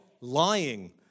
lying